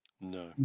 no